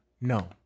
No